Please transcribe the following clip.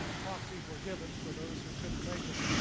ah proxies were given for those who couldn't make it.